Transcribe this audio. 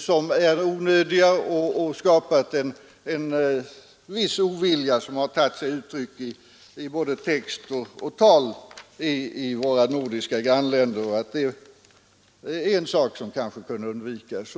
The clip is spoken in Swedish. som är onödiga och skapat en viss ovilja som har tagit sig uttryck i både text och tal i våra nordiska grannländer. Det är en sak som kanske kunde ha undvikits.